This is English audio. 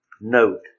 note